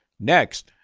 next,